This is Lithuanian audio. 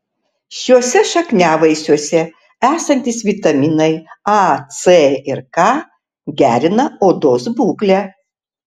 šiuose šakniavaisiuose esantys vitaminai a c ir k gerina odos būklę